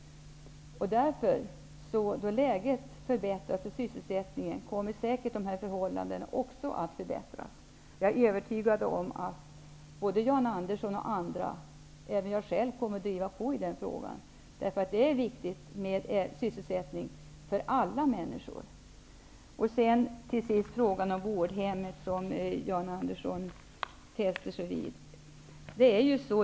Då läget förbättras och sysselsättningen ökar kommer dessa förhållanden säkert också att förbättras. Jag är övertygad om att både Jan Andersson och andra -- även jag själv -- kommer att driva på i den frågan. Det är viktigt att alla människor får sysselsättning. Till sist vill jag ta upp frågan om vårdhemmen, som Jan Andersson fäster sig vid.